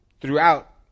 throughout